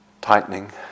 tightening